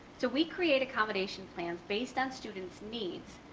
so we create accommodation plans based on students needs,